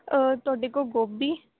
ਤੁਹਾਡੇ ਕੋਲ ਗੋਭੀ